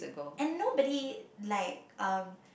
and nobody like um